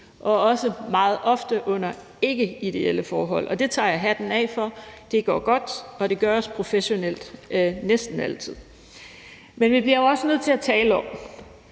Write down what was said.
og også meget ofte under ikkeideelle forhold, og det tager jeg hatten af for. Det går godt, og det gøres professionelt næsten altid. Men vi bliver jo også nødt til at tale om,